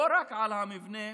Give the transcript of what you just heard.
לא רק את המבנה